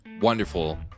wonderful